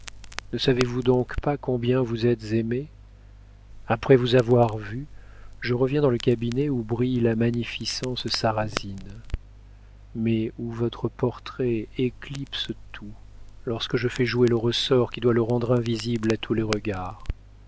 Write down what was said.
ne savez-vous donc pas combien vous êtes aimée après vous avoir vue je reviens dans le cabinet où brille la magnificence sarrazine mais où votre portrait éclipse tout lorsque je fais jouer le ressort qui doit le rendre invisible à tous les regards